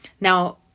Now